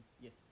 yes